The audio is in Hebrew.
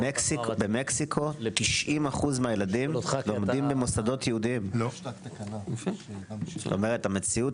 במקסיקו ל-90% מהילדים במוסדות יהודיים - המציאות